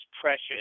precious